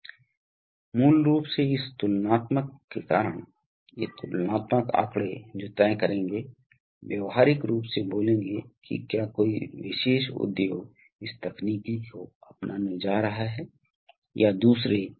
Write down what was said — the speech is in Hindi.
तो यह स्थानांतरित कर सकता है यह स्थानांतरित करने के लिए स्वतंत्र है क्योंकि दोनों छोर वेंट से जुड़े हुए हैं इसलिए हां इसलिए A से AB से P पिस्टन को लॉक करता है और AB से E लॉक का मतलब है कि पिस्टन फ्लोट किया गया है